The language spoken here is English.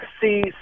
see